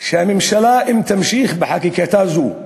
שהממשלה, אם תמשיך בחקיקתה זו,